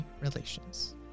Relations